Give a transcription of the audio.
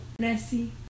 Nessie